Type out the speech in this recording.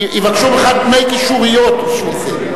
יבקשו ממך דמי קישוריות בשביל זה.